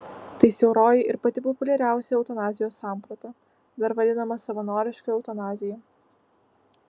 tai siauroji ir pati populiariausia eutanazijos samprata dar vadinama savanoriška eutanazija